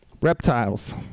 reptiles